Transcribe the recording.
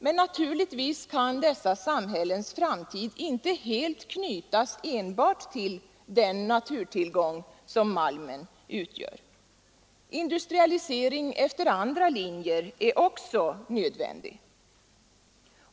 Men naturligtvis kan dessa samhällens framtid inte helt knytas enbart till den naturtillgång som malmen utgör. Industrialisering efter andra linjer är också nödvändig.